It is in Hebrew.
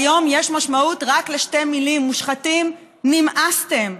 היום יש משמעות רק לשתי מילים: מושחתים, נמאסתם.